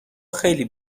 خیلی